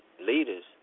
leaders